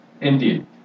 Indeed